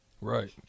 Right